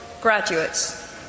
graduates